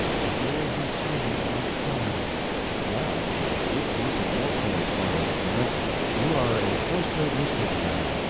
and there he swooned oft-times that is a good piece of war correspondence, clarence you are a first-rate newspaper man.